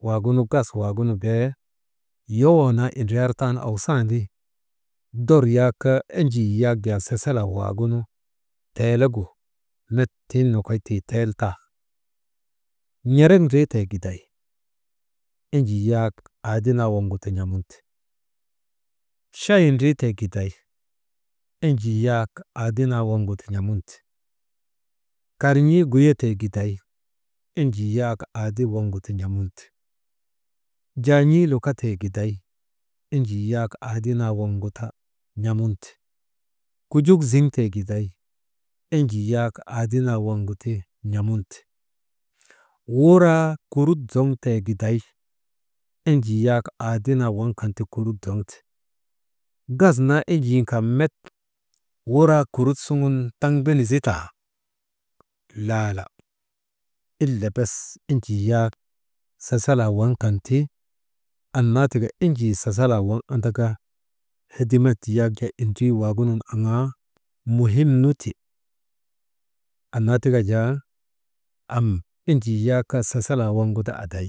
Waagunu gas waagunu bee yowoo naa windriyar taanu awsandi, dor yak jaa enjii yak sasalaa waagunu teelegu met tiŋ nokoy tik teeletan. N̰erek ndriitee giday enjii yak aade naa waŋgu ti n̰amunte, chayee ndritee giday enjii yak aade naa waŋgu ti n̰amunte, karn̰ii guyetee giday enjii yak aade naa waŋgu ti n̰amunte, jaan̰ii luka tee giday enjii yak aade naa waŋgu ti n̰amunte, kujik ziŋtee giday enjii yak aade naa waŋgu ti n̰amunte, wuraa kurutzoŋtee giday enjii yak aade naa waŋ kan ti kurut zoŋte, gas naa enjin kan met wuraa kurut suŋun taŋ beni zitaa, laala ila bes enjii yak sasalaa waŋ kan ti, annaa tika enjii sasalaa waŋ andaka, hedimak yak jaa indrii waagunun aŋaa muhim nu ti. Annaa tika jaa am enjii yak sasalaa waŋgu ti aday,